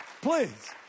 please